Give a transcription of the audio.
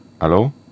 Hello